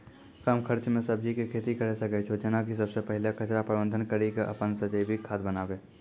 कम खर्च मे सब्जी के खेती करै सकै छौ जेना कि सबसे पहिले कचरा प्रबंधन कड़ी के अपन से जैविक खाद बनाबे?